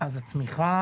הצמיחה